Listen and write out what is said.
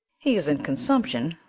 he is in consumption.